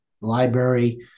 library